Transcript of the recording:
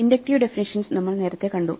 inductive definitions നമ്മൾ നേരത്തെ കണ്ടു